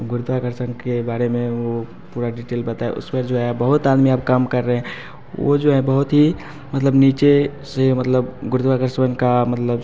गुरुत्वाकर्षण के बारे में वो पूरा डीटेल बताए उसपे जो है बहुत आदमी अब काम कर रहें वह जो हैं बहुत ही मतलब नीचे से मतलब गुरुत्वाकर्षण का मतलब